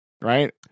right